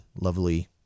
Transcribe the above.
lovely